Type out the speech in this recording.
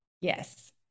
Yes